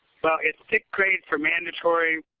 well, it's sixth grade for mandatory.